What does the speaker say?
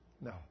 No